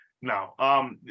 No